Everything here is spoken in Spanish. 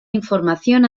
información